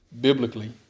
biblically